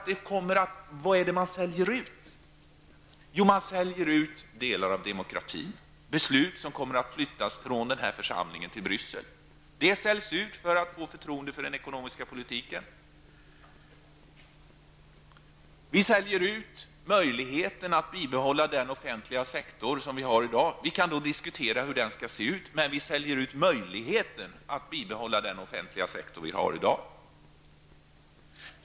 Vad är det man säljer ut? Jo, man säljer ut delar av demokratin. Beslut kommer att fattas i Bryssel i stället för i den här församlingen. Detta säljs ut för att regeringen skall få förtroende för sin ekonomiska politik. Vi säljer ut möjligheterna att bibehålla den offentliga sektor som vi har i dag. Vi kan diskutera hur den skall se ut, men vi säljer ut möjligheten att bibehålla den offentliga sektor vi har i dag.